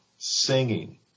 singing